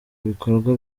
bikorwa